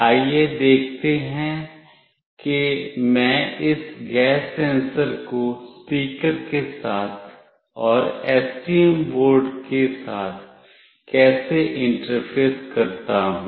आइए देखते हैं कि मैं इस गैस सेंसर को स्पीकर के साथ और एसटीएम बोर्ड के साथ कैसे इंटरफ़ेस करता हूं